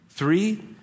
Three